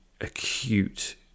acute